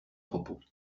propos